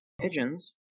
Pigeons